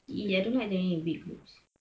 !ee! I don't like to be in big groups